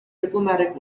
diplomatic